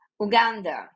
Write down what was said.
Uganda